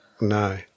No